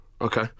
Okay